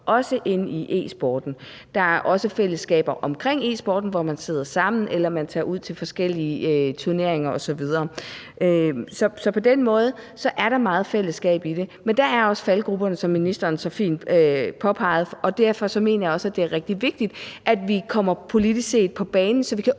inde i e-sporten. Der er også fællesskaber omkring e-sporten, hvor man sidder sammen, eller man tager ud til forskellige turneringer osv. Så på den måde er der meget fællesskab i det. Men der er også faldgruberne, som ministeren så fint påpegede, og derfor mener jeg også, at det er rigtig vigtigt, at vi politisk set kommer på banen, så vi kan